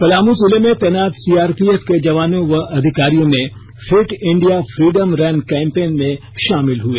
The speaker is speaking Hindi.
पलामू जिले में तैनात सीआरपीएफ के जवानों व अधिकारियों ने fit India freedom run campaign में शामिल हुए